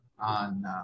on